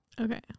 okay